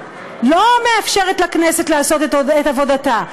לא מאפשרת לכנסת לעשות את עבודתה,